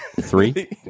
three